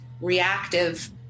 reactive